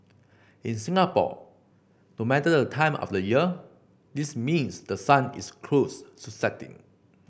in Singapore no matter the time of the year this means the sun is close to setting